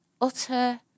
utter